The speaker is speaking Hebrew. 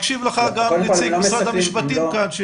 מקשיב לך גם נציג משרד המשפטים כאן,